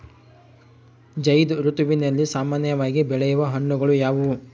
ಝೈಧ್ ಋತುವಿನಲ್ಲಿ ಸಾಮಾನ್ಯವಾಗಿ ಬೆಳೆಯುವ ಹಣ್ಣುಗಳು ಯಾವುವು?